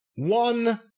One